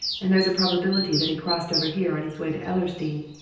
and there's a probability that he crossed over here on his way to ellersdeane.